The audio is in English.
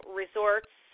resorts